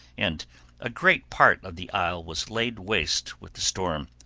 and a great part of the isle was laid waste with the storm.